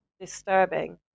disturbing